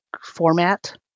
format